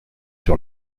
sur